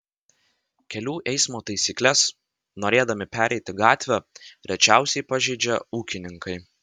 kelių eismo taisykles norėdami pereiti gatvę rečiausiai pažeidžia ūkininkai